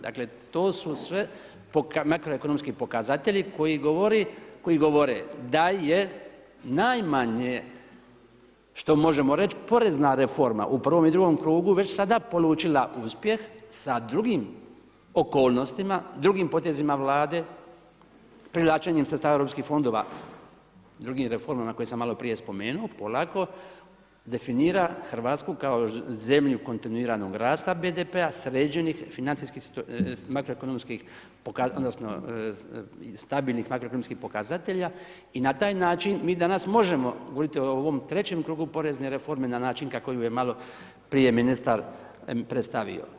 Dakle to su sve makroekonomski pokazatelji koji govore da je najmanje što možemo reći porezna reforma u prvom i drugom krugu već sada polučila uspjeh sa drugim okolnostima, drugim potezima vlade, privlačenjem sredstava europskih fondova, drugim reformama koje sam maloprije spomenuo polako definira Hrvatsku kao zemlju kontinuiranog rasta BDP-a, sređenih makroekonomskih, odnosno stabilnih makroekonomskih pokazatelja i na taj način mi danas možemo govorit o ovom trećem krugu porezne reforme na način kako ju je maloprije ministar predstavio.